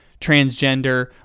transgender